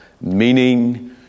meaning